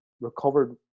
recovered